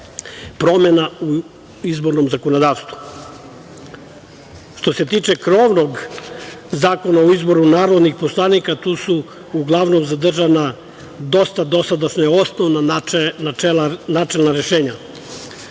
promena u izbornom zakonodavstvu. Što se tiče krovnog Zakona o izboru narodnih poslanika, tu su uglavnom zadržana dosta dosadašnja osnovna načelna rešenja.